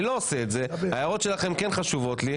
אני לא עושה את זה, ההערות שלכם כן חשובות לי.